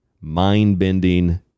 mind-bending